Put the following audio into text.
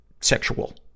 sexual